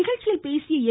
நிகழ்ச்சியில் பேசிய எ